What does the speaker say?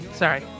sorry